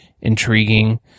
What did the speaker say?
intriguing